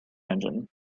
engine